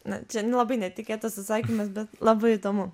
na čia nelabai netikėtas atsakymas bet labai įdomu